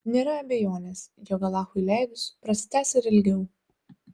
nėra abejonės jog alachui leidus prasitęs ir ilgiau